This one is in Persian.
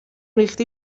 ریختی